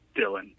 Dylan